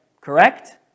correct